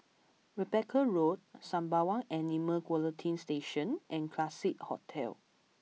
Rebecca Road Sembawang Animal Quarantine Station and Classique Hotel